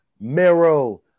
Mero